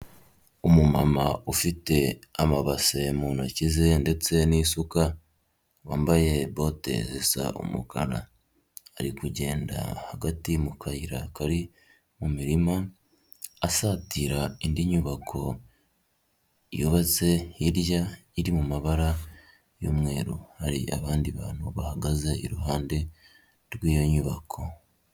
Umumama ufite amabase mu ntoki ze ndetse n'isuka wambaye bote zisa umukara ari kugenda hagati mu kayira kari mu mirima asatira indi nyubako yubatse hirya iri mu mabara y'umweru, hari abandi bantu bahagaze iruhande rw'iyo nyubako.